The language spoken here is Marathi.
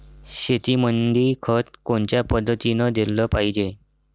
शेतीमंदी खत कोनच्या पद्धतीने देलं पाहिजे?